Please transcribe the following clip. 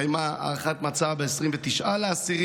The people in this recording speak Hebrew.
התקיימה הערכת מצב ב-29 באוקטובר,